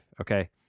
okay